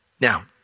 Now